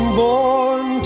born